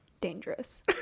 dangerous